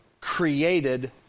created